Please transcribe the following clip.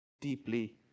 deeply